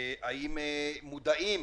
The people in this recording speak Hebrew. האם מודעים